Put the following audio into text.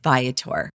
Viator